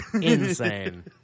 Insane